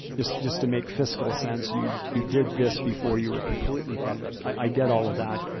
just just to make fiscal sense you you did this before you were completely i get all of that.